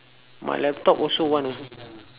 my laptop also one also